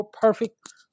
perfect